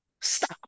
Stop